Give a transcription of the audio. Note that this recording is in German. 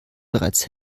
bereits